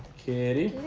kitty